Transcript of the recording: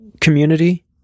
community